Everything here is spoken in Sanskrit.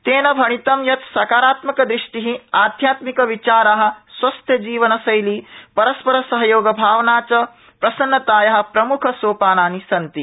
तेन भणितं यत सकारात्मक दृष्टि आध्यात्मिक विचारा स्वस्थजीवनशैली परस्परसहयोगभावना च प्रसन्नताया प्रम्खसोपानानि सन्ति